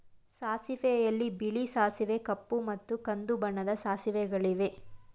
ಸಾಸಿವೆಯಲ್ಲಿ ಬಿಳಿ ಸಾಸಿವೆ ಕಪ್ಪು ಮತ್ತು ಕಂದು ಬಣ್ಣದ ಸಾಸಿವೆಗಳಿವೆ